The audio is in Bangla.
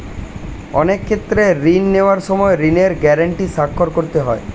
অনেক ক্ষেত্রে ঋণ নেওয়ার সময় ঋণের গ্যারান্টি স্বাক্ষর করতে হয়